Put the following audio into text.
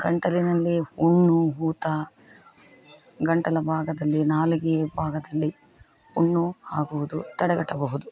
ಗಂಟಲಿನಲ್ಲಿ ಹುಣ್ಣು ಊತ ಗಂಟಲ ಭಾಗದಲ್ಲಿ ನಾಲಗೆಯ ಭಾಗದಲ್ಲಿ ಹುಣ್ಣು ಆಗುವುದು ತಡೆಗಟ್ಟಬಹುದು